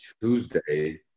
Tuesday